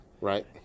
Right